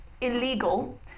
illegal